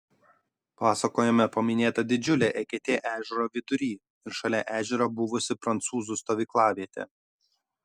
pasakojime paminėta didžiulė eketė ežero vidury ir šalia ežero buvusi prancūzų stovyklavietė